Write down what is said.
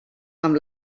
amb